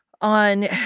on